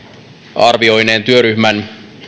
arvioineen työryhmän